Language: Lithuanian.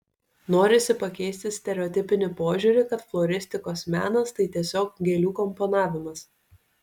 norisi pakeisti stereotipinį požiūrį kad floristikos menas tai tiesiog gėlių komponavimas